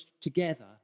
together